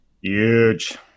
Huge